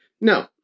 No